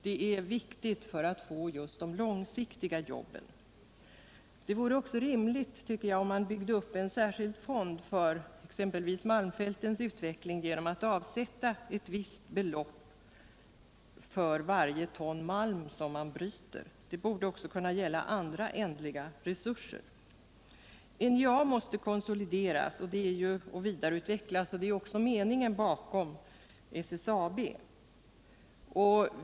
Det är viktigt för att skapa just de långsiktiga jobben. Det vore också rimligt, tycker jag, att bygga upp en särskild fond för exempelvis malmfältens utveckling genom att avsätta ett visst belopp för varje ton malm som bryts. Detta borde även kunna gälla för andra ändliga resurser. NJA måste konsolideras och vidareutvecklas, och det är ju en av tankarna bakom SSAB.